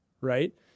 right